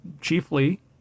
Chiefly